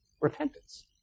Repentance